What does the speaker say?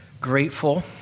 grateful